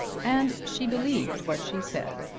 and she believed what she said.